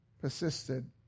persisted